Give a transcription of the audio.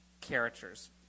characters